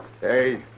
Hey